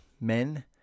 men